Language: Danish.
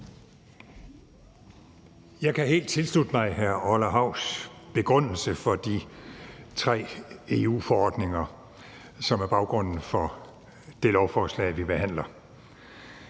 Jeg kan helt tilslutte mig hr. Orla Havs begrundelse for de tre EU-forordninger, som er baggrunden for det lovforslag, vi behandler.